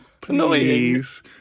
please